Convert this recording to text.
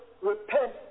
repent